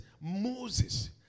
Moses